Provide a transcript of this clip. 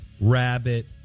Rabbit